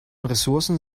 ressourcen